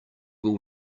will